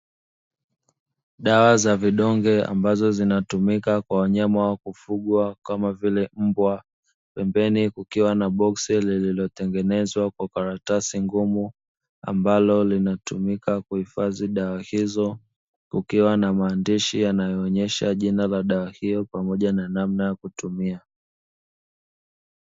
Dawa za vidonge ambazo zinatumika kwa wanyama wa kufugwa kama vile mbwa, pembeni kukiwa na boksi lililotengenezwa kwa karatasi ngumu ambalo linatumika kuhifadhi dawa hizo kukiwa na maandishi yanayoonyesha jina la dawa hiyo pamoja na namna ya kutumia.